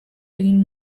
egin